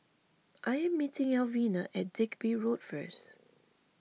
I am meeting Alvena at Digby Road first